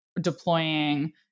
deploying